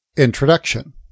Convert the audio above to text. Introduction